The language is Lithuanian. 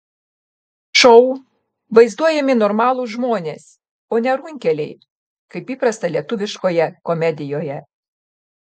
šou vaizduojami normalūs žmonės o ne runkeliai kaip įprasta lietuviškoje komedijoje